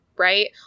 right